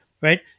right